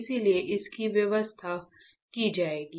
इसलिए इसकी व्यवस्था की जाएगी